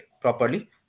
properly